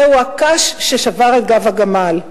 זהו הקש ששבר את גב הגמל,